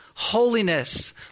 holiness